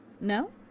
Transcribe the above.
No